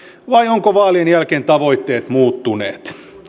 vai ovatko vaalien jälkeen tavoitteet muuttuneet